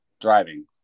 driving